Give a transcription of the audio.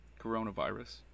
coronavirus